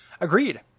Agreed